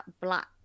black